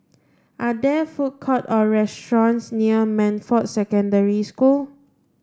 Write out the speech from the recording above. are there food court or restaurants near Montfort Secondary School